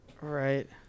Right